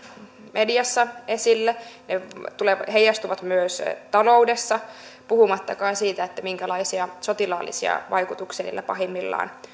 mediassa esille ne heijastuvat myös taloudessa puhumattakaan siitä minkälaisia sotilaallisia vaikutuksia niillä pahimmillaan